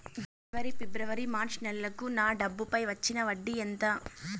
జనవరి, ఫిబ్రవరి, మార్చ్ నెలలకు నా డబ్బుపై వచ్చిన వడ్డీ ఎంత